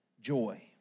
joy